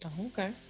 okay